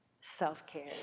self-care